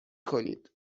کنید